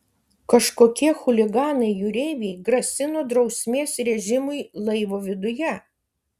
kažkokie chuliganai jūreiviai grasino drausmės režimui laivo viduje